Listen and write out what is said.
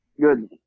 Good